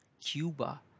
Cuba